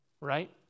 right